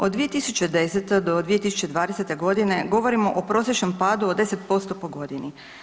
Od 2010. do 2020. g. govorimo o prosječnom padu od 10% po godini.